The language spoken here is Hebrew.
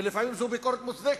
ולפעמים זו ביקורת מוצדקת,